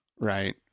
right